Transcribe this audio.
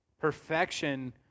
Perfection